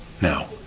now